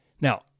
Now